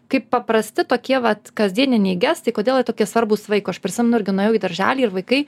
kaip paprasti tokie vat kasdieniniai gestai kodėl jie tokie svarbūs vaiko aš prisimenu irgi nuėjau į darželį ir vaikai